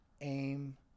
aim